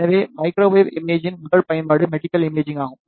எனவே மைக்ரோவேவ் இமேஜிங்கின் முதல் பயன்பாடு மெடிக்கல் இமேஜிங் ஆகும்